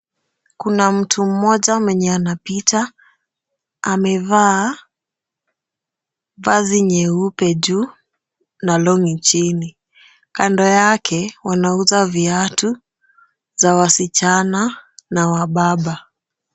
Kuna mtu mmoja mwenye anapita, amevaa vazi nyeupe juu na longi chini. Kando yake wanauza viatu za wasichana na wababa.